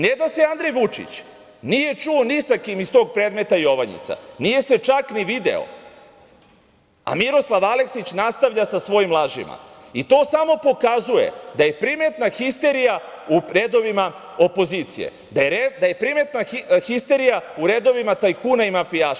Ne da se Andrej Vučić nije čuo ni sa kim iz tog predmeta "Jovanjica", nije se čak ni video, a Miroslav Aleksić nastavlja sa svojim lažima i to samo pokazuje da je primetna histerija u redovima opozicije, da je primetna histerija u redovima tajkuna i mafijaša.